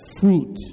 fruit